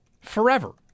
Forever